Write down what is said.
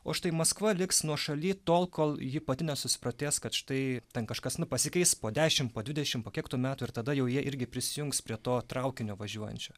o štai maskva liks nuošalyje tol kol ji pati nesusiprotės kad štai ten kažkas nu pasikeis po dešim po dvidešim po kiek tų metų ir tada jau jie irgi prisijungs prie to traukinio važiuojančio